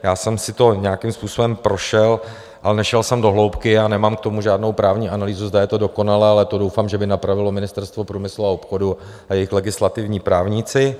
Já jsem si to nějakým způsobem prošel, ale nešel jsem do hloubky a nemám k tomu žádnou právní analýzu, zda je to dokonalé, ale to doufám, že by napravilo Ministerstvo průmyslu a obchodu a jejich legislativní právníci.